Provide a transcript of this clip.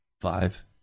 five